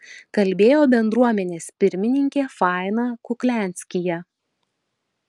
kalbėjo bendruomenės pirmininkė faina kuklianskyje